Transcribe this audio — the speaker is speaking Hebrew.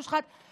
מושחת.